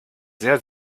sehr